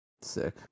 Sick